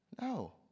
No